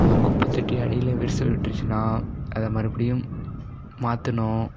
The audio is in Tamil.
ஒரு குப்பைத்தொட்டி அடியில் விரிசல் விட்டுருச்சின்னா அதை மறுபடியும் மாற்றணும்